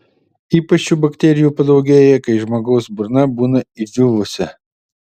ypač šių bakterijų padaugėja kai žmogaus burna būna išdžiūvusi